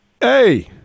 Hey